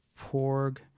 Porg